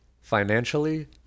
financially